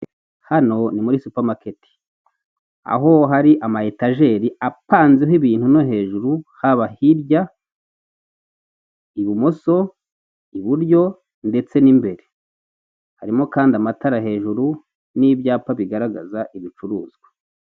Hano ni muri supamaketi, aho hari amayetajeri apanzeho ibintu, no hejuru, haba hirya ibumoso, iburyo ndetse n'imbere. Harimo kandi amatara hejuru, n'ibyapa bigaragaza ibicuruzwa.